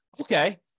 Okay